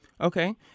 Okay